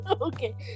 okay